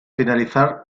finalizar